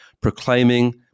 proclaiming